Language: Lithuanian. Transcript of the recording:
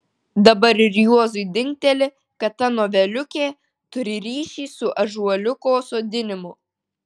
dabar ir juozui dingteli kad ta noveliukė turi ryšį su ąžuoliuko sodinimu